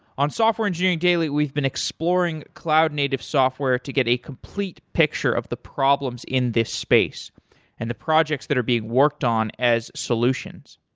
on software engineering daily, we've been exploring cloud native software to get a complete picture of the problems in this space and the projects that are being worked on as solutions.